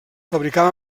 fabricava